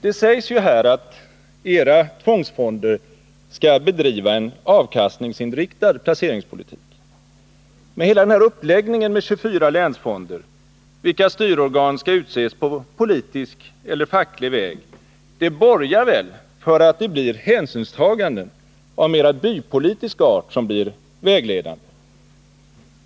Det sägs där att era tvångsfonder skall bedriva en avkastningsinriktad placeringspolitik. Men hela uppläggningen med 24 länsfonder, vilkas styrelseorgan skall utses på politisk eller facklig väg, borgar väl för att det blir hänsynstaganden av mera bypolitisk art som blir vägledande.